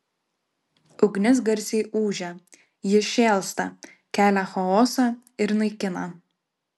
ugnis garsiai ūžia ji šėlsta kelia chaosą ir naikina